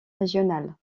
régionales